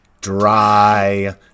dry